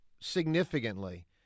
significantly